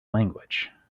language